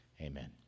Amen